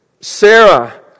Sarah